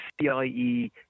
CIE